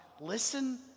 Listen